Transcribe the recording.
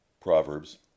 Proverbs